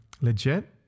legit